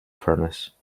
furnace